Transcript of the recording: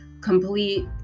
complete